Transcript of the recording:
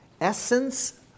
essence